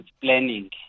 planning